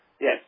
Yes